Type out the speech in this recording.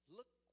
Look